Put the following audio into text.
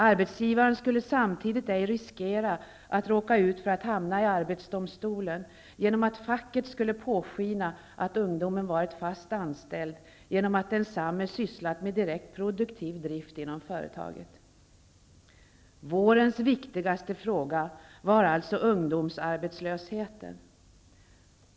Arbetsgivaren skulle samtidigt ej riskera att råka ut för att hamna i arbetsdomstolen genom att facket skulle påskina att ungdomen varit fast anställd, eftersom densamme sysslat med direkt produktiv drift inom företaget. Vårens viktigaste fråga var alltså ungdomsarbetslösheten!